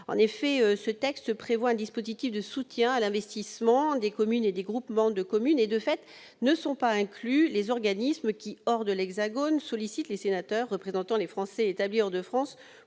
En effet, ce texte prévoit un dispositif de soutien à l'investissement des communes et des groupements de communes. De fait, ne sont pas inclus les organismes qui, hors hexagone, sollicitent les sénateurs représentant les Français établis hors de France